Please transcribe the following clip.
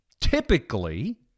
typically